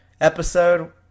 episode